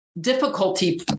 difficulty